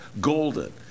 golden